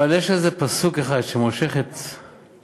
אבל יש בפרשה איזה פסוק אחד שמושך את העין,